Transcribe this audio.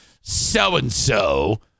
so-and-so